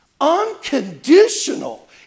Unconditional